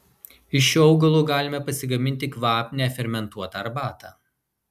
iš šio augalo galime pasigaminti kvapnią fermentuotą arbatą